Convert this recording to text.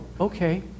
okay